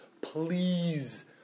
Please